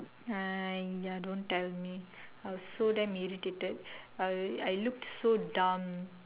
!aiya! don't tell me I was so damn irritated I I looked so dumb